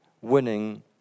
winning